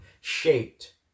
shaped